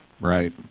Right